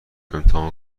امتحان